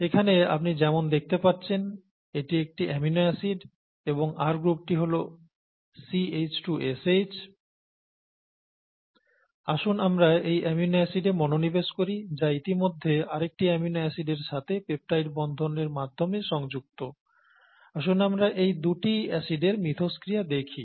এখানে আপনি যেমন দেখতে পাচ্ছেন এটি একটি অ্যামিনো অ্যাসিড এবং R গ্রুপটি হল CH2SH আসুন আমরা এই অ্যামিনো অ্যাসিডে মনোনিবেশ করি যা ইতিমধ্যে আরেকটি অ্যামিনো অ্যাসিডের সাথে পেপটাইড বন্ধনের মাধ্যমে সংযুক্ত আসুন আমরা এই দুটি অ্যাসিডের মিথস্ক্রিয়া দেখি